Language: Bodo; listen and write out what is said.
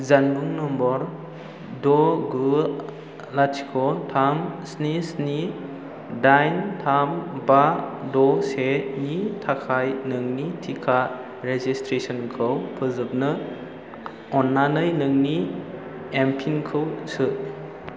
जानबुं नम्बर द' गु लाथिख' थाम स्नि स्नि डाइन थाम बा द' से नि थाखाय नोंनि टिका रेजिस्ट्रेसनखौ फोजोबनो अन्नानै नोंनि एमपिनखौ सो